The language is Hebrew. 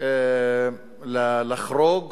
לחרוג